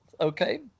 Okay